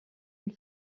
une